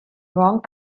wrong